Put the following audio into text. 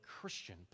Christian